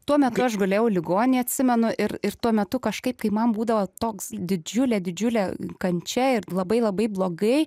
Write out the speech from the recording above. tuo metu aš gulėjau ligoninėj atsimenu ir ir tuo metu kažkaip kai man būdavo toks didžiulė didžiulė kančia ir labai labai blogai